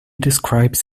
describes